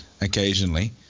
occasionally